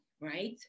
right